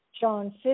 John